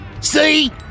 See